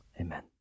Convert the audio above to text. Amen